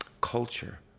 culture